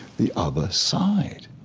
the other side,